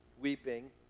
weeping